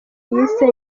yise